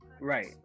right